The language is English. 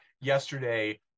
yesterday